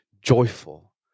joyful